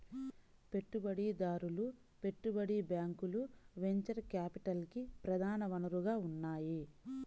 పెట్టుబడిదారులు, పెట్టుబడి బ్యాంకులు వెంచర్ క్యాపిటల్కి ప్రధాన వనరుగా ఉన్నాయి